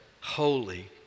Holy